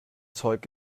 zeug